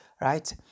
right